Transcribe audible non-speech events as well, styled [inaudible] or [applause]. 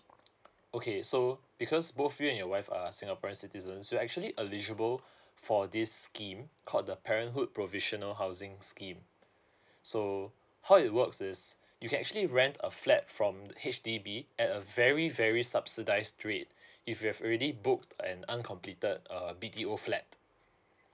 okay so because both you and your wife are singaporean citizens so you're actually eligible for this scheme called the parenthood provisional housing scheme so how it works is you can actually rent a flat from H_D_B at a very very subsidised rate [breath] if you have already booked an uncompleted uh B_T_O flat